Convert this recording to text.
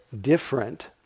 different